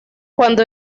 cuando